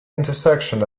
intersection